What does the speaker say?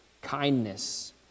kindness